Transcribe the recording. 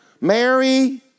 Mary